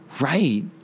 Right